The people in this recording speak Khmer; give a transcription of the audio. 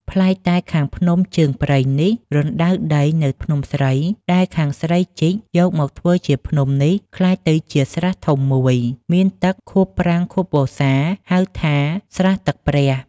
ប្លែកតែខាងភ្នំជើងព្រៃនេះ រណ្ដៅដីនៅភ្នំស្រី ដែលខាងស្រីជីកយកមកធ្វើជាភ្នំនេះ ក្លាយទៅជាស្រះធំ ១ មានទឹកខួបប្រាំងខួបវស្សា ហៅថា ស្រះទឹកព្រះ